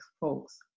folks